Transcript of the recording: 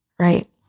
Right